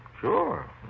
Sure